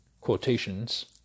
quotations